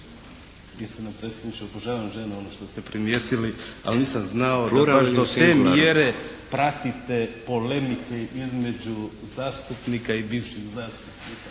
Istina predsjedniče, … ono što ste primijetili, ali nisam znao da do te mjere pratite polemike između zastupnika i bivših zastupnika